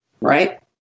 right